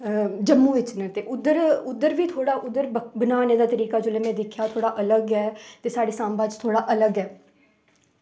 जम्मू बिच न उद्धर उद्धर बी थोह्ड़ा बनाने दा तरीका जेल्लै में दिक्खेआ थोह्ड़ा अलग ऐ ते साढ़े सांबा च थोह्ड़ा अलग ऐ